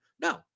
No